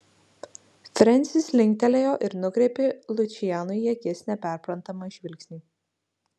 frensis linktelėjo ir nukreipė lučianui į akis neperprantamą žvilgsnį